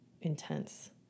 intense